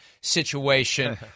situation